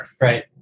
right